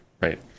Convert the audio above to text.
right